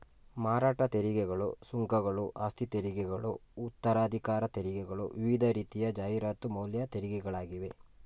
ಮಾರಾಟ ತೆರಿಗೆಗಳು, ಸುಂಕಗಳು, ಆಸ್ತಿತೆರಿಗೆಗಳು ಉತ್ತರಾಧಿಕಾರ ತೆರಿಗೆಗಳು ವಿವಿಧ ರೀತಿಯ ಜಾಹೀರಾತು ಮೌಲ್ಯ ತೆರಿಗೆಗಳಾಗಿವೆ